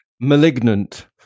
malignant